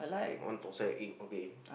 one thosai egg okay